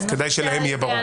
אז כדאי שלהם יהיה ברור.